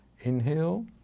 inhale